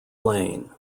lane